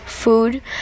food